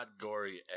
gory